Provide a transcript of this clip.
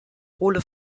hohle